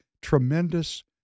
tremendous